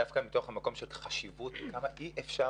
דווקא מתוך המקום של החשיבות וכמה אי אפשר